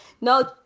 no